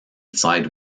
side